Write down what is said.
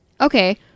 okay